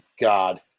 God